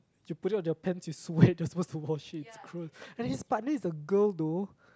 you put it on your pants you sweat you're supposed to wash it it's gross and his partner is a girl though